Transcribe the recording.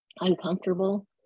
uncomfortable